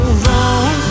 wrong